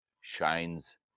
shines